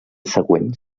següent